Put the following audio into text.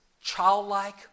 childlike